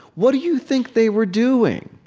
what do you think they were doing?